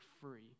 free